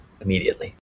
immediately